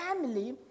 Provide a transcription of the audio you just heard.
family